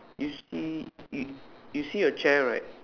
you see you see a chair right